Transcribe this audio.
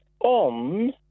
on